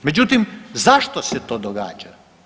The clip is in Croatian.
Međutim, zašto se to događa?